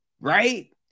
right